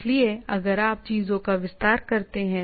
इसलिए अगर आप चीजों का विस्तार करते हैं